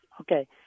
okay